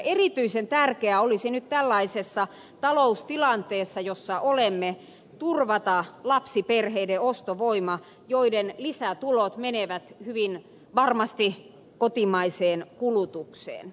erityisen tärkeää olisi nyt tällaisessa taloustilanteessa jossa olemme turvata lapsiperheiden ostovoima joiden lisätulot menevät hyvin varmasti kotimaiseen kulutukseen